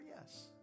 yes